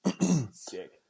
Sick